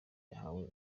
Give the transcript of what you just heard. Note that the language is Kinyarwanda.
bahawe